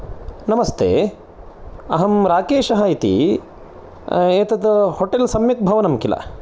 नमस्ते अहं राकेशः इति एतत् होटल् सम्यक् भवनं किल